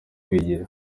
kwigira